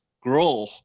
grow